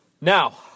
Now